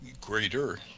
Greater